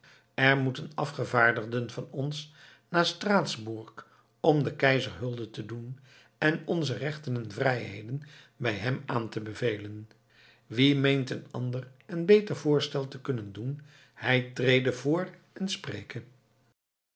er moeten afgevaardigden van ons naar straatsburg om den keizer hulde te doen en onze rechten en vrijheden bij hem aan te bevelen wie meent een ander en beter voorstel te kunnen doen hij trede voor en spreke